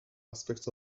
aspects